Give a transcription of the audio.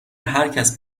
هرکس